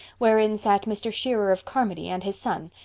wherein sat mr. shearer of carmody and his son,